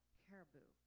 caribou